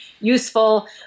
useful